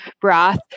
broth